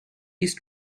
east